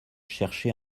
chercher